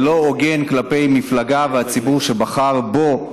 זה לא הוגן כלפי המפלגה והציבור שבחר בו,